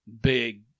Big